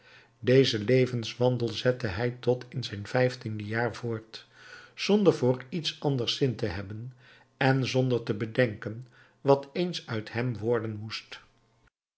dezen levenswandel zette hij tot in zijn vijftiende jaar voort zonder voor iets anders zin te hebben en zonder te bedenken wat eens uit hem worden moest